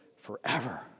forever